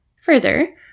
Further